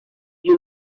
you